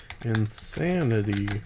Insanity